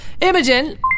Imogen